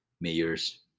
mayors